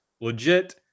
legit